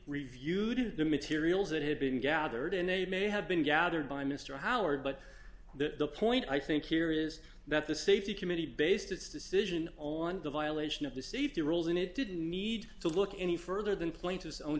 reviewed the materials that had been gathered and they may have been gathered by mr howard but the point i think here is that the safety committee based its decision on the violation of the safety rules and it didn't need to look any further than pla